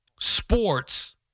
sports